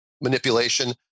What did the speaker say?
manipulation